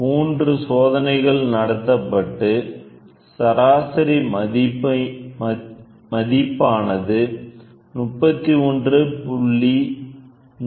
மூன்று சோதனைகள் நடத்தப்பட்டு சராசரி மதிப்பானது 31